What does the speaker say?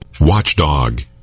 Watchdog